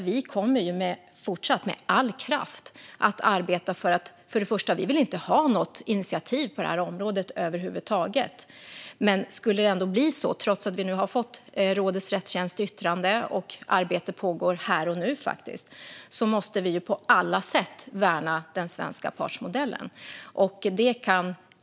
Vi vill först och främst inte ha något initiativ på det här området över huvud taget, men skulle det ändå bli så - trots att vi nu har fått rådets rättstjänsts yttrande och att arbete pågår här och nu - måste vi med all kraft och på alla sätt värna den svenska partsmodellen.